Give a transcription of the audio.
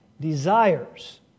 desires